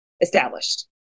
established